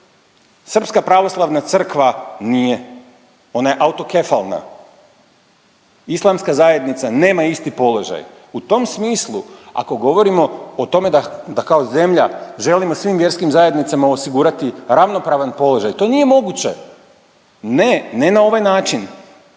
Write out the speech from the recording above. Srpska pravoslavna crkva nije ona je autkefalna. Islamska zajednica nema isti položaj. U tom smislu ako govorimo o tome da kao zemlja želimo svim vjerskim zajednicama osigurati ravnopravan položaj to nije moguće, ne, ne na ovaj način.